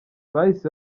bahise